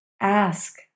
Ask